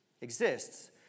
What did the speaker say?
exists